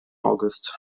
august